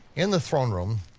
in the throne room,